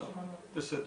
בסדר.